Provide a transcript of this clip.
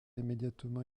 immédiatement